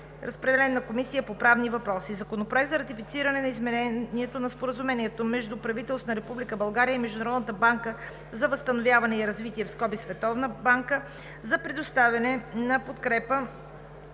Разпределен е на Комисията по правни въпроси. Законопроект за ратифициране на изменението на Споразумението между правителството на Република България и Международната банка за възстановяване и развитие – Световна банка, за предоставяне на подкрепа